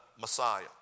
Messiah